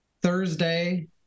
Thursday